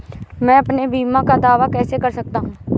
मैं अपने बीमा का दावा कैसे कर सकता हूँ?